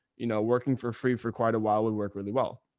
you know, working for free for quite a while would work really well.